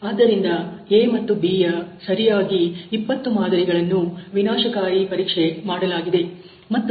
ಆದ್ದರಿಂದ A ಮತ್ತು B ಯ ಸರಿಯಾಗಿ 20 ಮಾದರಿಗಳನ್ನು ವಿನಾಶಕಾರಿ ಪರೀಕ್ಷೆ ಮಾಡಲಾಗಿದೆ ಮತ್ತು